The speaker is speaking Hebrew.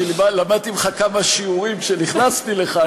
למדתי ממך כמה שיעורים כשנכנסתי לכאן.